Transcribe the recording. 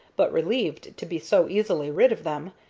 but relieved to be so easily rid of them,